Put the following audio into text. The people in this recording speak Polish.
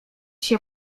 się